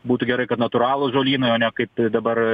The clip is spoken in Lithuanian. būtų gerai kad natūralūs žolynai o ne kaip tai dabar